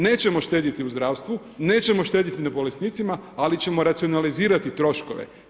Nećemo štediti u zdravstvu, nećemo štedjeti na bolesnici ali ćemo racionalizirati troškove.